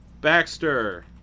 Baxter